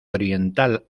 oriental